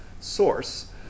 source